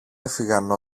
έφυγαν